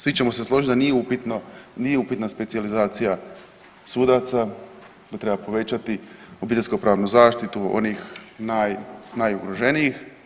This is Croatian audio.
Svi ćemo se složiti da nije upitno, nije upitna specijalizacija sudaca, da treba povećati obiteljsko pravnu zaštitu onih naj, najugroženijih.